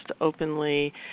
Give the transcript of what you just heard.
openly